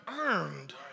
Earned